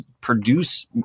produce